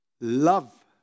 love